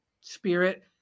spirit